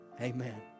Amen